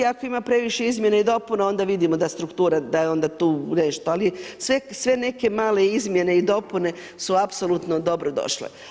Ako ima previše izmjena i dopuna onda vidimo da struktura, da je onda tu nešto ali sve neke male izmjene i dopune su apsolutno dobrodošle.